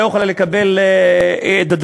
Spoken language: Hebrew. לא יכולה לקבל אותו.